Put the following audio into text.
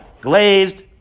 Glazed